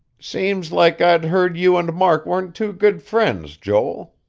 seems like i'd heard you and mark wa'n't too good friends, joel.